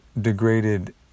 degraded